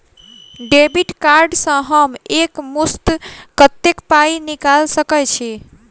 Debit card सँ हम एक मुस्त कत्तेक पाई निकाल सकय छी?